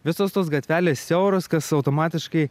visos tos gatvelės siauros kas automatiškai